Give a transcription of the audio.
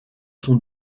sont